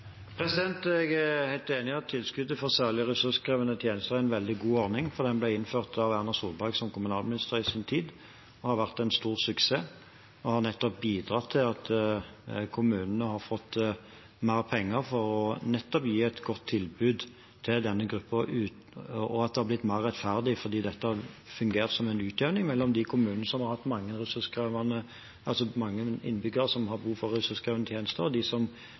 Jeg er helt enig i at tilskuddet for særlig ressurskrevende tjenester er en veldig god ordning. Den ble i sin tid innført av Erna Solberg som kommunalminister, og det har vært en stor suksess. Den har bidratt til at kommunene har fått mer penger for nettopp å gi et godt tilbud til denne gruppen, og til at det har blitt mer rettferdig, fordi dette har fungert som en utjevning mellom de kommuner som har mange innbyggere som har behov for ressurskrevende tjenester, og de som